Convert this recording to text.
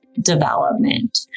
development